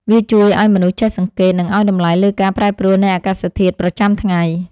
វាជួយឱ្យមនុស្សចេះសង្កេត និងឱ្យតម្លៃលើការប្រែប្រួលនៃអាកាសធាតុប្រចាំថ្ងៃ។